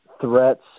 threats